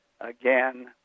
again